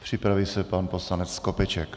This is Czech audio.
Připraví se pan poslanec Skopeček.